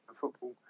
football